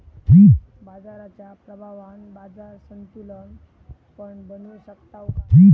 बाजाराच्या प्रभावान बाजार संतुलन पण बनवू शकताव काय?